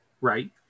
right